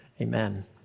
amen